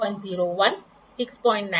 तो यह भी एक 5 डिग्री ब्लॉक है